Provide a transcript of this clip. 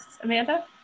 Amanda